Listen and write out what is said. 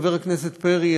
חבר הכנסת פרי,